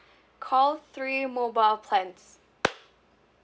call three mobile plans